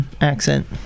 accent